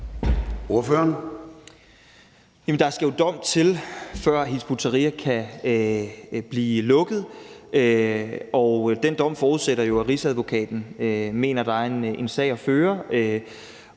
jo en dom til, før Hizb ut-Tahrir kan blive lukket, og den dom forudsætter, at Rigsadvokaten mener, at der er en sag at føre.